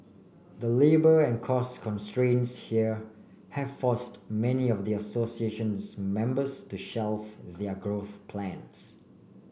the labour and cost constraints here have forced many of the association's members to shelf their growth plans